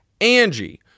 Angie